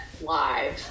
live